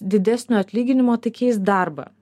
didesnio atlyginimo tai keisk darbą